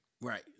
Right